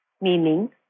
meaning